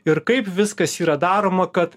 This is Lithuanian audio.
ir kaip viskas yra daroma kad